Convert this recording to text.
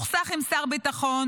מסוכסך עם שר הביטחון,